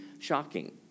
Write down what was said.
shocking